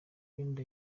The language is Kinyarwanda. wenda